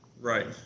Right